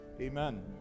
Amen